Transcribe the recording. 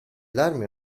darmi